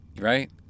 right